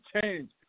change